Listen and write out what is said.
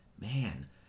man